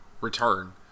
return